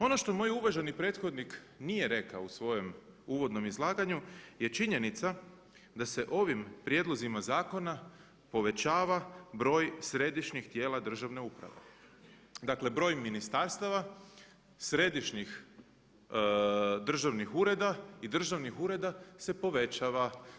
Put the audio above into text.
Ono što moj uvaženi prethodnik nije rekao u svojem uvodnom izlaganju je činjenica da se ovim prijedlozima zakona povećava broj središnjih tijela državne uprave, dakle broj ministarstava središnjih državnih ureda i državnih ureda se povećava.